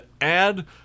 add